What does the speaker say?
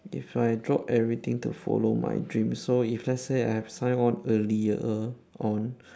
if I drop everything to follow my dreams so if let's say I have signed on earlier on